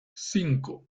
cinco